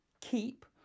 keep